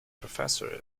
professor